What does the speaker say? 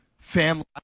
Family